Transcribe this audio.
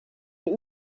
mais